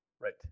Right